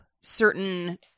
certain